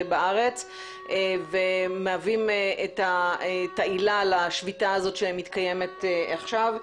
בארץ ומהווים את העילה לשביתה שמתקיימת עכשיו.